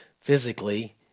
physically